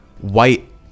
white